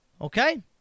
Okay